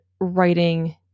writing